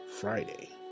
Friday